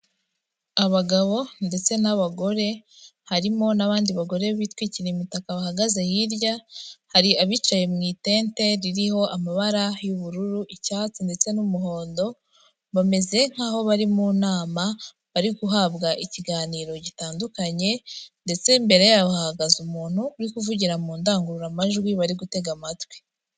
Abagabo ndetse n'abagore, harimo n'abandi bagore bitwikiriye imitaka bahagaze hirya, hari abicaye mu itente ririho amabara y'ubururu, icyatsi ndetse n'umuhondo, bameze nk'aho bari mu nama, bari guhabwa ikiganiro gitandukanye ndetse imbere yaho hahagaze umuntu uri kuvugira mu ndangururamajwi, bari gutega amatwi.